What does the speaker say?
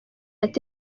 ati